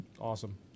awesome